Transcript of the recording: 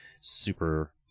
super